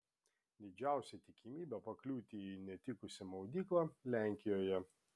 didžiausia tikimybė pakliūti į netikusią maudyklą lenkijoje